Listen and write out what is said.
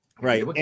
Right